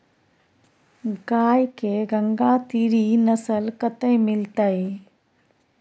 गाय के गंगातीरी नस्ल कतय मिलतै?